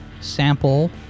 sample